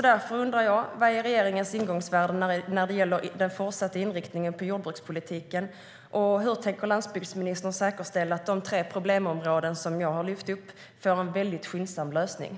Därför undrar jag: Vilket är regeringens ingångsvärde när det gäller den fortsatta inriktningen på jordbrukspolitiken? Hur tänker landsbygdsministern säkerställa att de tre problemområden som jag lyft fram får väldigt skyndsamma lösningar?